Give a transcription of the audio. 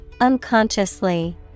Unconsciously